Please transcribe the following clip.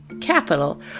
capital